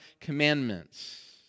commandments